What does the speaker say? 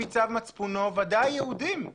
לפי צו מצפונו, ודאי יהודים.